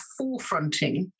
forefronting